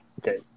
Okay